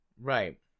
right